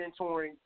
mentoring